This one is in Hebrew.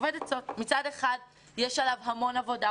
מצד אחד יש עליו המון עבודה,